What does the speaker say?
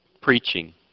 preaching